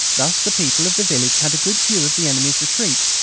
thus the people of the village had a good view of the enemy's retreat,